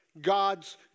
God's